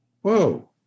Whoa